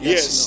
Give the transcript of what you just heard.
Yes